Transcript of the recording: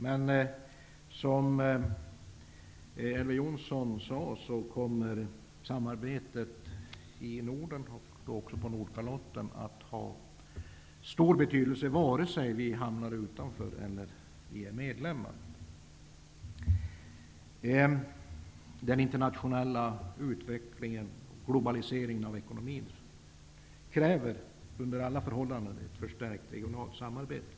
Men som Elver Jonsson sade kommer samarbetet i Norden och på Nordkalotten att ha stor betydelse vare sig vi hamnar utanför eller vi blir medlemmar. Den internationella utvecklingen och globaliseringen av ekonomin kräver under alla förhållanden ett förstärkt regionalt samarbete.